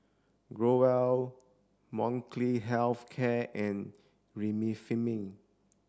Growell Molnylcke health care and Remifemin